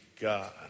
God